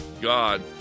God